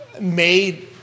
made